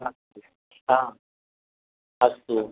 नास्ति अस्तु